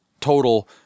total